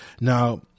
Now